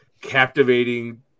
captivating